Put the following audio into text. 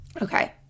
Okay